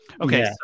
Okay